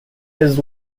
this